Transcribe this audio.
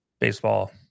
baseball